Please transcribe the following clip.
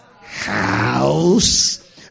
house